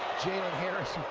jaylen harris,